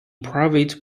private